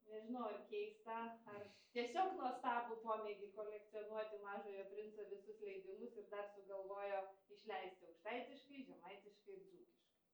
nežinau ar keistą ar tiesiog nuostabų pomėgį kolekcionuoti mažojo princo visus leidimus ir dar sugalvojo išleisti aukštaitiškai žemaitiškai ir dzūkiškai